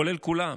כולל כולם,